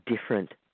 different